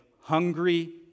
hungry